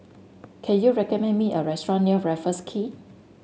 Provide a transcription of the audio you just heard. can you recommend me a restaurant near Raffles Quay